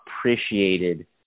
appreciated